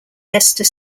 esther